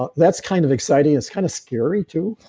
ah that's kind of exciting. it's kind of scary too,